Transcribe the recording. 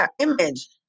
image